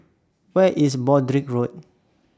Where IS Broadrick Road